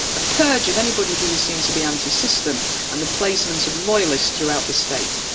a purge of anybody who seen to be anti-system and the placement of loyalists throughout the state.